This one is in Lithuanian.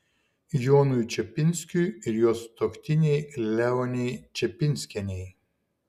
jonui čepinskiui ir jo sutuoktinei leonei čepinskienei